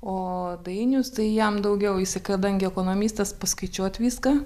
o dainius tai jam daugiau jisai kadangi ekonomistas paskaičiuot viską